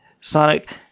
Sonic